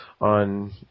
on